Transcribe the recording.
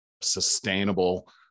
Sustainable